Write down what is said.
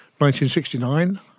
1969